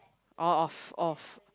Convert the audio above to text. oh of of